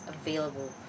available